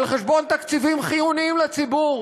על חשבון תקציבים חיוניים לציבור,